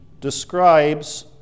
describes